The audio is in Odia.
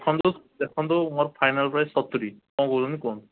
ଦେଖନ୍ତୁ ମୋର ଫାଇନାଲ୍ ପ୍ରାଇସ୍ ସତୁରି କ'ଣ କହୁଛନ୍ତି କୁହନ୍ତୁ